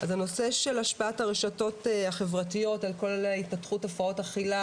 אז הנושא של השפעת הרשתות החברתיות על כל התפתחות הפרעות אכילה